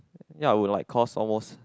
ya would like cost almost